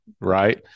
right